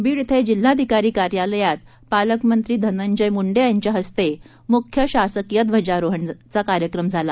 बीड इथं जिल्हाधिकारी कार्यालयात पालकमंत्री धनंजय मुंडे यांच्या हस्ते मुख्य शासकीय ध्वजारोहणाचा कार्यक्रम झाला